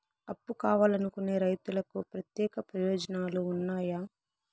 అప్పు కావాలనుకునే రైతులకు ప్రత్యేక ప్రయోజనాలు ఉన్నాయా?